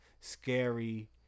scary